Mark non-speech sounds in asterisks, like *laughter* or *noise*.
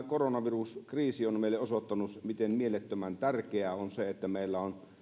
*unintelligible* koronaviruskriisi on nyt meille osoittanut miten mielettömän tärkeää on se että meillä on